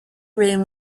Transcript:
room